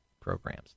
programs